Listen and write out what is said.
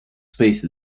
space